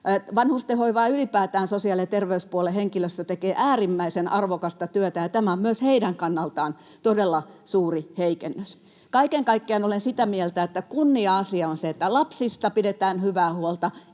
Vanhustenhoivan ja ylipäätään sosiaali‑ ja terveyspuolen henkilöstö tekee äärimmäisen arvokasta työtä, ja tämä on myös heidän kannaltaan todella suuri heikennys. Kaiken kaikkiaan olen sitä mieltä, että kunnia-asia on se, että lapsista pidetään hyvää huolta